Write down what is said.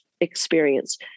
experience